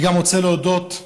אני גם רוצה להודות,